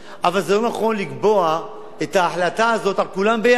אבל לא נכון לקבוע את ההחלטה הזאת על כולם יחד.